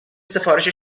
سفارش